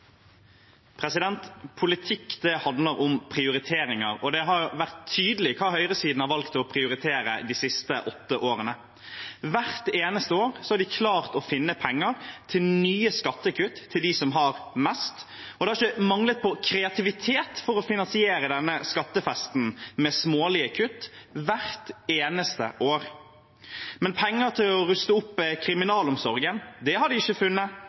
Politikk handler om prioriteringer, og det har vært tydelig hva høyresiden har valgt å prioritere de siste åtte årene. Hvert eneste år har de klart å finne penger til nye skattekutt til dem som har mest, og det har ikke manglet på kreativitet for å finansiere denne skattefesten med smålige kutt – hvert eneste år. Men penger til å ruste opp kriminalomsorgen har de ikke funnet